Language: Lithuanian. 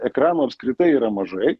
ekranų apskritai yra mažai